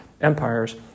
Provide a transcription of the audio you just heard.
empires